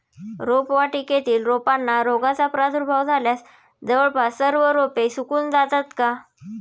रोपवाटिकेतील रोपांना रोगाचा प्रादुर्भाव झाल्यास जवळपास सर्व रोपे सुकून जातात का?